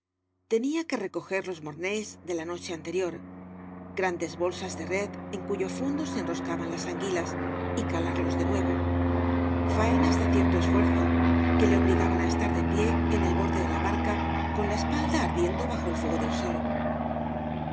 tenía que recoger los mornells de la noche anterior grandes bolsas de red en cuyo fondo se enroscaban las anguilas y calarlos de nuevo faenas de cierto esfuerzo que le obligaban á estar de pie en el borde de la barca con la espalda ardiendo bajo el fuego del sol su